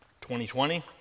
2020